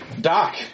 Doc